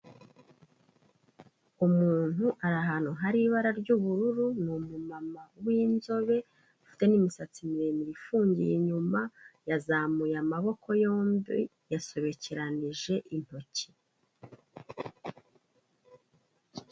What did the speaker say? Umuntu ari ahantu hari ibara ry'ubururu ni umumama w'inzobe ufite n'imisatsi miremire ifungiye inyuma yazamuye amaboko yombi yasobekeranije intoki.